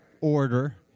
order